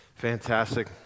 Fantastic